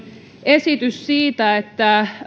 esitys siitä että